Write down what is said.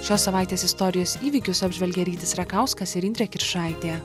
šios savaitės istorijos įvykius apžvelgė rytis rakauskas ir indrė kiršaitė